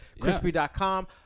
Crispy.com